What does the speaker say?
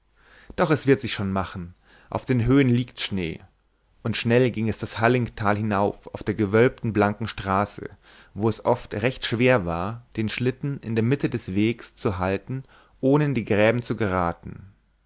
doch es wird sich schon machen auf den höhen liegt schnee und schnell ging es das hallingtal hinauf auf der gewölbten blanken straße wo es oft recht schwer war den schlitten in der mitte des wegs zu halten ohne in die gräben zu geraten